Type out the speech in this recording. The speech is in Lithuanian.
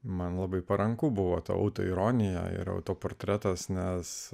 man labai paranku buvo ta autoironija ir autoportretas nes